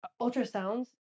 ultrasounds